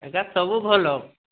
ଏଗା ସବୁ ଭଲ